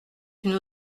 une